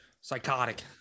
Psychotic